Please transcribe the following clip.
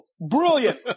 Brilliant